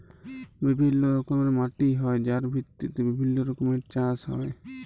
বিভিল্য রকমের মাটি হ্যয় যার ভিত্তিতে বিভিল্য রকমের চাস হ্য়য়